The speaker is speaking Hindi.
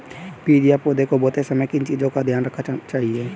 बीज या पौधे को बोते समय किन चीज़ों का ध्यान रखना चाहिए?